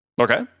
Okay